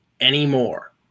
anymore